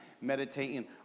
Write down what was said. meditating